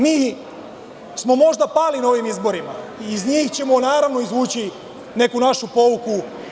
Mi smo možda pali na ovim izborima i iz njih ćemo naravno izvući neku našu pouku.